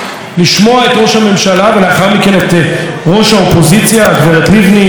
לשמוע את ראש הממשלה ולאחר מכן את ראש האופוזיציה הגברת לבני,